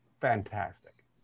fantastic